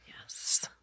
Yes